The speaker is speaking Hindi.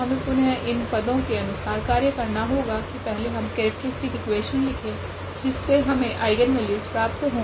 तो हमे पुनः इन पदो के अनुसार कार्य करना होगा की पहले हम केरेक्ट्रीस्टिक इक्वेशन लिखे जिससे हमे आइगनवेल्यूस प्राप्त हो